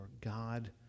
God